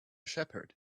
shepherd